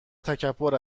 تکبر